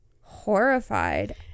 horrified